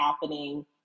happening